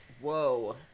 Whoa